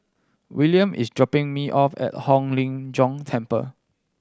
Willam is dropping me off at Hong Lim Jiong Temple